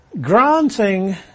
granting